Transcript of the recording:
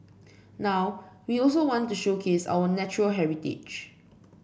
now we also want to showcase our natural heritage